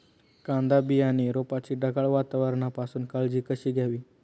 कांदा बियाणे रोपाची ढगाळ वातावरणापासून काळजी कशी घ्यावी?